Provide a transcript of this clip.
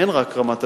אין רק רמת-אביב,